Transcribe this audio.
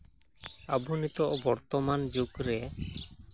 ᱟᱵᱚ ᱱᱤᱛᱚᱜ ᱵᱚᱨᱛᱚᱢᱟᱱ ᱡᱩᱜᱽ ᱨᱮ